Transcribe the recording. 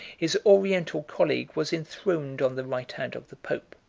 his oriental colleague was enthroned on the right hand of the pope.